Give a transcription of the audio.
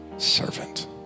servant